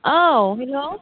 औ हेल्ल'